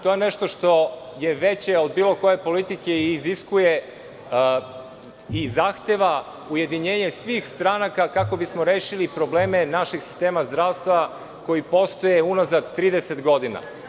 To je nešto što je veće od bilo koje politike i iziskuje i zahteva ujedinjenje svih stranaka kako bismo rešili probleme našeg sistema zdravstva koji postoje unazad 30 godina.